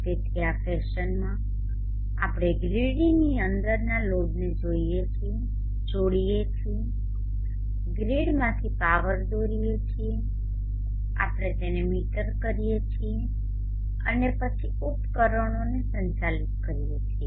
તેથી આ ફેશનમાં આપણે ગ્રીડની અંદરના લોડને જોડીએ છીએ ગ્રીડમાંથી પાવર દોરીએ છીએ આપણે તેને મીટર કરીએ છીએ અને પછી ઉપકરણોને સંચાલિત કરીએ છીએ